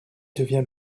devient